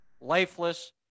lifeless